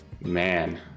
Man